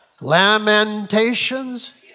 Lamentations